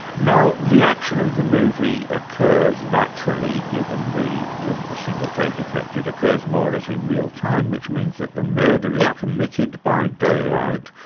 now the action of the movie occurs naturally, given the the single-take effect it occurs more or less in real time, which means that the murder is yeah committed by daylight,